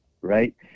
right